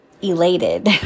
Elated